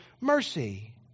mercy